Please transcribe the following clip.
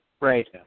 right